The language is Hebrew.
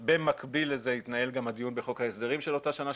במקביל לזה התנהל גם הדיון בחוק ההסדרים של אותה שנה,